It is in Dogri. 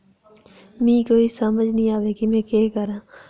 मी कोई समझ निं आवै कि में केह् करां